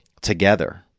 together